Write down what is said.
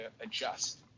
adjust